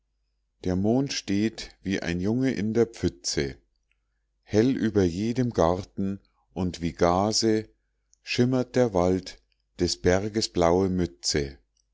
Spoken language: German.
der mond steht wie ein junge in der pfütze hell über jedem garten und wie gaze schimmert der wald des berges blaue mütze